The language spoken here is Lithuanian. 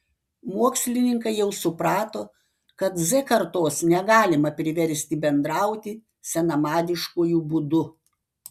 mokslininkai jau suprato kad z kartos negalima priversti bendrauti senamadiškuoju būdu